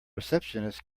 receptionist